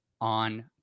on